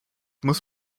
muss